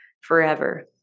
forever